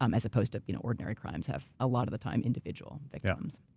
um as opposed to you know ordinary crimes have, a lot of the time, individual victims.